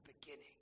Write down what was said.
beginning